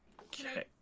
okay